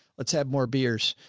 let's have more beers,